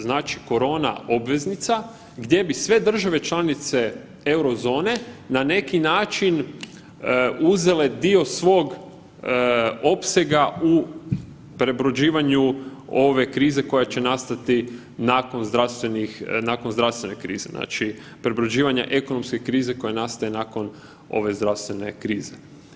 Znači, korona obveznica gdje bi sve države članice Eurozone na neki način uzele dio svog opsega u prebrođivanju ove krize koja će nastati nakon zdravstvenih, nakon zdravstvene krize, znači prebrođivanje ekonomske krize koja nastaje nakon ove zdravstvene krize.